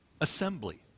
assembly